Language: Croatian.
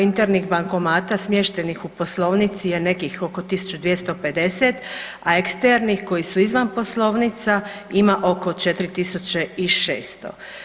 Internih bankomata smještenih u poslovnici je nekih oko 1250, a eksternih koji su izvan poslovnica ima oko 4600.